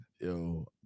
Yo